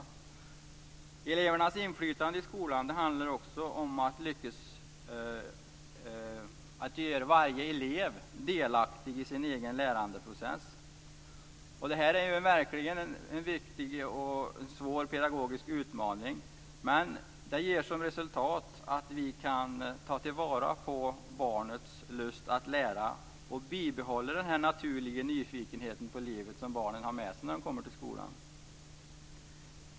När det gäller elevernas inflytande i skolan handlar det också om att göra varje elev delaktig i den egna lärandeprocessen. Detta är verkligen en viktig och svår pedagogisk utmaning. Men resultatet blir att vi kan ta till vara barnets lust att lära och att barnet behåller den naturliga nyfikenhet på livet som barn har med sig när de kommer till skolan.